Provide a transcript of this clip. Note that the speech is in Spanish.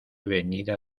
venida